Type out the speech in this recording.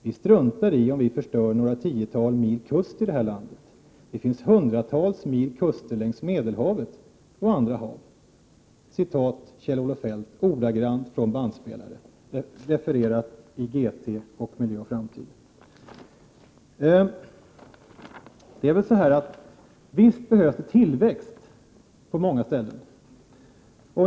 Vi struntar i om vi förstör några tiotal mil kust i det här landet. Det finns hundratals mil kuster längs Medelhavet och andra hav.” Det var ett ordagrant citat från bandinspelning, refererat i GT och Miljö och Framtid. Det är väl så här. Visst behövs det tillväxt på många ställen.